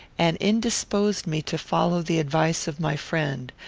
and indisposed me to follow the advice of my friend,